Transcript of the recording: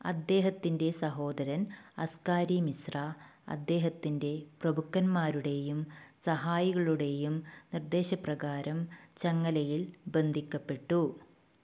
അദ്ദേഹത്തിൻ്റെ സഹോദരൻ അസ്കാരി മിശ്ര അദ്ദേഹത്തിന്റെ പ്രഭുക്കന്മാരുടെയും സഹായികളുടെയും നിർദ്ദേശപ്രകാരം ചങ്ങലയിൽ ബന്ധിക്കപ്പെട്ടു